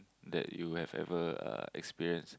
that you have ever uh experienced